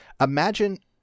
imagine